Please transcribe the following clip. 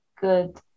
Good